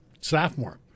sophomore